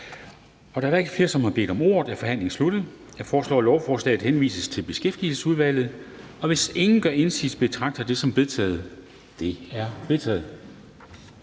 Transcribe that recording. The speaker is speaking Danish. Da der ikke er flere, der har bedt om ordet, er forhandlingen sluttet. Jeg foreslår, at lovforslaget henvises til Beskæftigelsesudvalget. Hvis ingen gør indsigelse, betragter jeg det som vedtaget. Det er vedtaget.